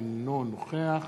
אינו נוכח